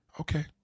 Okay